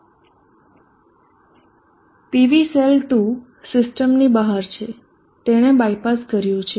PV cell 2 સિસ્ટમની બહાર છે તેને બાયપાસ કર્યું છે